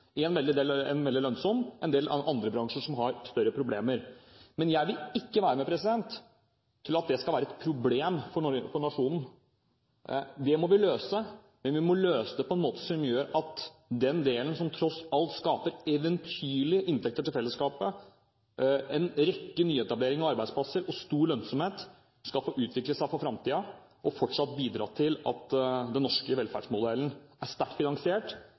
veldig lønnsom del og én del som har større problemer, i andre bransjer. Men jeg vil ikke være med på at det skal være et problem for nasjonen. Det må vi løse, men vi må løse det på en måte som gjør at den delen som tross alt skaper eventyrlige inntekter til fellesskapet, skaper en rekke nyetableringer, arbeidsplasser og stor lønnsomhet, skal få utvikle seg i framtiden og fortsatt bidra til at den norske velferdsmodellen er sterkt finansiert,